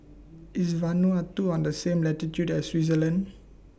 IS Vanuatu on The same latitude as Switzerland